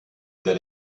that